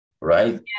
right